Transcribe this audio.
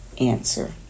answer